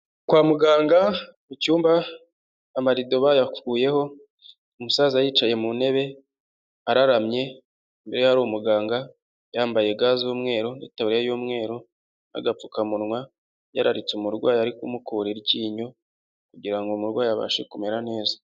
Kwa muganga mu cyumba amarido bayakuyeho, umusaza yicaye mu ntebe araramye, imbere ye hari umuganga yambaye ga z'umweru, itaburiya y'umweru, agapfukamunwa, yararitse umurwayi ari kumukura iryinyo kugira ngo umurwayi abashe kumera neza.